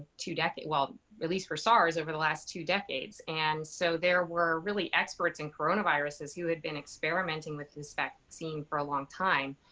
two dec well, at least for sars, over the last two decades. and so there were really experts in coronaviruses who had been experimenting with this vaccine for a long time.